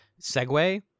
segue